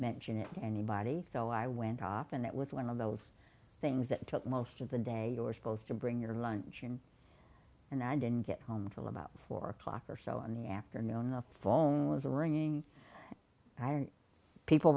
mention it to anybody so i went off and it was one of those things that took most of the day or supposed to bring your lunch in and i didn't get home till about four o'clock or so on the afternoon the phone was ringing people